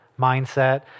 mindset